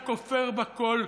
הכופר בכול,